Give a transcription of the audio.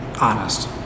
honest